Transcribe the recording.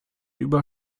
über